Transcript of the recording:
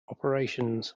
operations